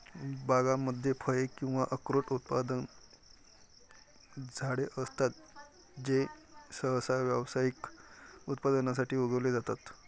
बागांमध्ये फळे किंवा अक्रोड उत्पादक झाडे असतात जे सहसा व्यावसायिक उत्पादनासाठी उगवले जातात